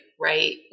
right